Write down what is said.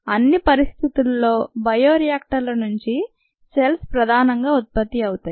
అన్ని పరిస్థితుల్లో బయో రియాక్టర్ల నుంచి సెల్స్ ప్రధానంగా ఉత్పత్తి అవుతాయి